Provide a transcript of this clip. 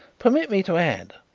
permit me to add,